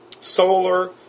solar